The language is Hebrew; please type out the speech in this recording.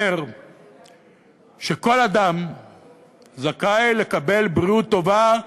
אומר שכל אדם זכאי לקבל בריאות טובה,